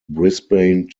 brisbane